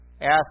Ask